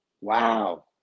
Wow